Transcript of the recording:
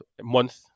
month